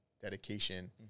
dedication